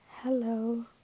Hello